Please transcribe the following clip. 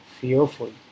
fearful